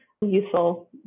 useful